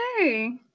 Okay